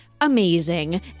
amazing